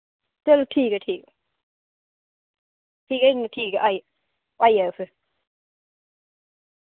चलो ठीक ऐ ठीक ऐ एह् ठीक ऐ आई जायो फिर